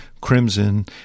Crimson